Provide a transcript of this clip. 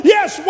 Yes